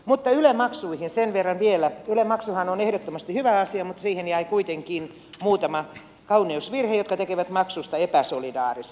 mutta yle maksuihin sen verran vielä että yle maksuhan on ehdottomasti hyvä asia mutta siihen jäi kuitenkin muutama kauneusvirhe jotka tekevät maksusta epäsolidaarisen